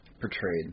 portrayed